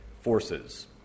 forces